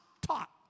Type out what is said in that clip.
taught